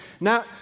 Now